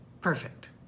Perfect